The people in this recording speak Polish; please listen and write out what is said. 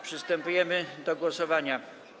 Przystępujemy do głosowania.